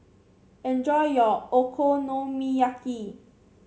enjoy your Okonomiyaki